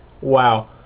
Wow